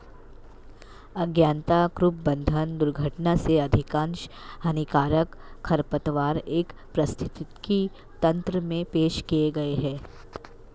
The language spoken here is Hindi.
अज्ञानता, कुप्रबंधन, दुर्घटना से अधिकांश हानिकारक खरपतवार एक पारिस्थितिकी तंत्र में पेश किए गए हैं